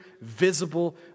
visible